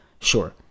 sure